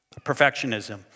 Perfectionism